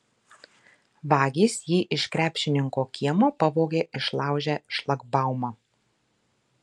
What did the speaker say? vagys jį iš krepšininko kiemo pavogė išlaužę šlagbaumą